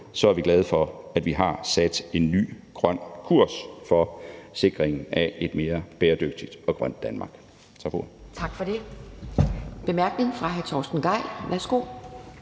er vi glade for, at vi har sat en ny grøn kurs for sikringen af et mere bæredygtigt og grønt Danmark. Tak for ordet. Kl. 18:33 Anden